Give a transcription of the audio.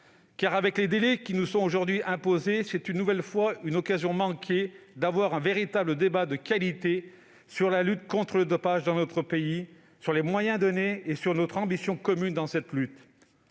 Car, avec les délais qui nous sont aujourd'hui imposés, c'est une nouvelle fois une occasion manquée d'avoir un véritable débat de qualité sur la lutte contre le dopage dans notre pays, sur les moyens qui y sont affectés et sur notre ambition commune en la matière.